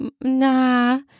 Nah